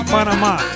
Panama